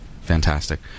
Fantastic